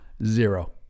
zero